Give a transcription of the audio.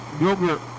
yogurt